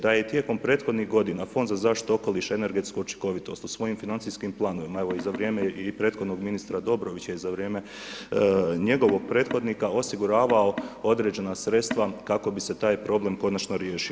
Da je i tijekom prethodnih godina Fond za zaštitu okoliša i energetsku učinkovitost u svojim financijskim planovima, evo i za vrijeme i prethodnog ministra Dobrovića i za vrijeme njegovog prethodnika osiguravao određena sredstva kako bi se taj problem konačno riješio.